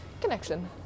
connection